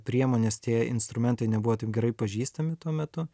priemonės tie instrumentai nebuvo taip gerai pažįstami tuo metu